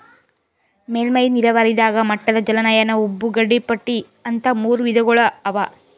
ಮೇಲ್ಮೈ ನೀರಾವರಿದಾಗ ಮಟ್ಟದ ಜಲಾನಯನ ಉಬ್ಬು ಗಡಿಪಟ್ಟಿ ಅಂತ್ ಮೂರ್ ವಿಧಗೊಳ್ ಅವಾ